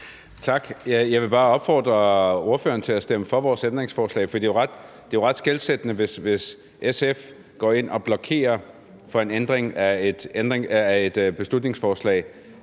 Tak. Jeg vil bare opfordre ordføreren til at stemme for vores ændringsforslag, for det er jo ret skelsættende, hvis SF går ind og blokerer for en ændring af et beslutningsforslag,